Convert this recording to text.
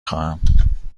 خواهم